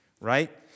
right